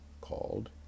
called